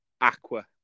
Aqua